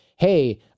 hey